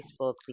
facebook